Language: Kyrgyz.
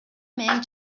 менен